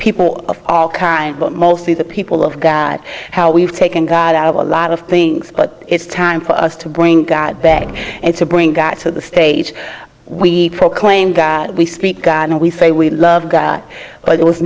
people of all kinds but mostly the people of god how we've taken god out of a lot of things but it's time for us to bring that back and to bring that to the stage we proclaimed that we speak god and we say we love god but it was